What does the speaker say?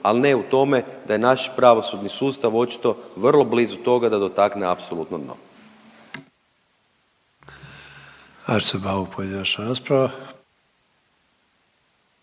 ali ne u tome da je naš pravosudni sustav očito vrlo blizu toga da dotakne apsolutno dno.